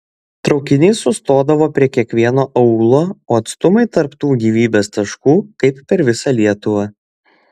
traukinys sustodavo prie kiekvieno aūlo o atstumai tarp tų gyvybės taškų kaip per visą lietuvą